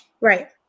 Right